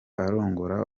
arongora